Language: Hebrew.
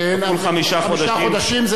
כפול חמישה חודשים,